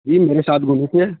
جی میرے ساتھ گھومی تھی یہ